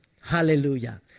Hallelujah